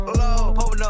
low